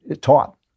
taught